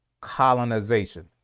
colonization